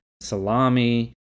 salami